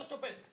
כבוד השופט,